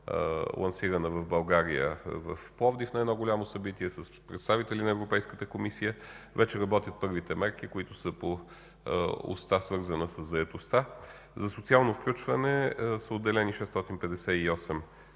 лансирана в България – на едно голямо събитие в Пловдив с представители на Европейската комисия. Вече работят първите мерки по оста, свързана със заетостта. За социално включване са отделени 658